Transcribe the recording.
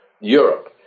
Europe